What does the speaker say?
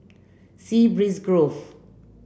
Sea Breeze Grove